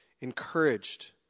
encouraged